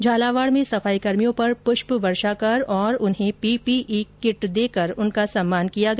झालावाड में सफाईकर्मियों पर प्रष्ट वर्षा कर और उन्हें पीपीई किट देकर उनका सम्मान किया गया